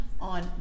on